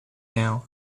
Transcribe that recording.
now